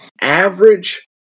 average